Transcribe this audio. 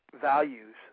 values